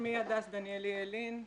שמי הדס דניאלי ילין,